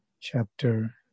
chapter